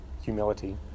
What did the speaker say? Humility